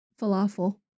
falafel